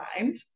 mind